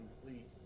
complete